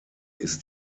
ist